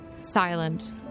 silent